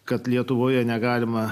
kad lietuvoje negalima